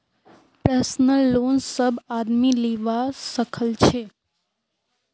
personal loan सब आदमी लीबा सखछे